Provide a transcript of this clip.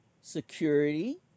security